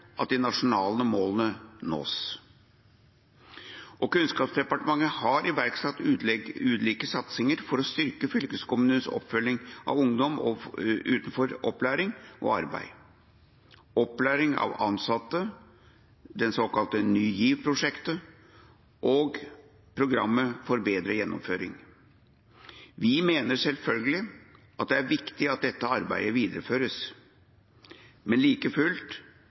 at de nasjonale målene nås. Kunnskapsdepartementet har iverksatt ulike satsinger for å styrke fylkeskommunenes oppfølging av ungdom utenfor opplæring og arbeid: opplæring av ansatte, det såkalte Ny GIV-prosjektet og programmet for bedre gjennomføring. Vi mener selvfølgelig at det er viktig at dette arbeidet videreføres, men like fullt: